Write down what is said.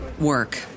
work